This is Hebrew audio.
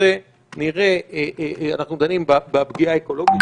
אנחנו דנים בפגיעה האקולוגית,